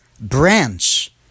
branch